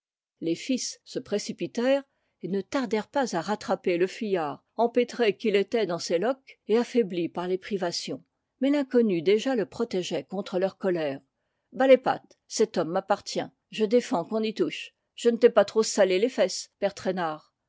les fils se précipitèrent et ne tardèrent pas à rattraper le fuyard empêtré qu'il était dans ses loques et affaibli par les privations mais l'inconnu déjà le protégeait contre leur colère bas les pattes cet homme m'appartient je défends qu'on y touche je ne t'ai pas trop salé les fesses père traînard